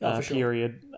period